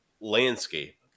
landscape